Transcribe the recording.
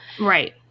Right